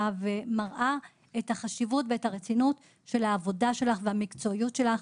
ומראה את החשיבות ואת הרצינות של העבודה שלך והמקצועיות שלך.